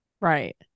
right